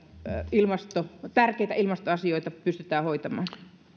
tärkeitä ilmastoasioita pystytään hoitamaan